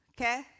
okay